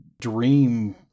dream